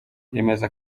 yemeza